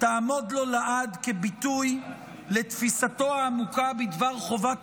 תעמוד לו לעד כביטוי לתפיסתו העמוקה בדבר חובת